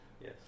Yes